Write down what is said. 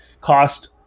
cost